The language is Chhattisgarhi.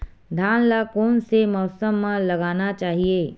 धान ल कोन से मौसम म लगाना चहिए?